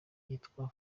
yitwa